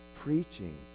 preaching